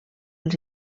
els